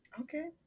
Okay